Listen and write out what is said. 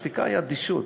השתיקה היא אדישות.